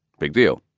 big deal.